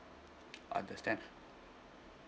understand